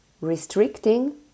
Restricting